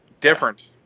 Different